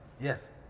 Yes